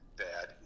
bad